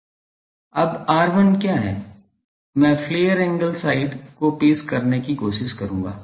अब R1 क्या है मैं फ्लेयर एंगल साइड को पेश करने की कोशिश करूंगा